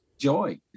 joy